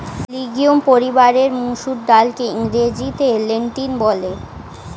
legume পরিবারের মুসুর ডালকে ইংরেজিতে লেন্টিল বলে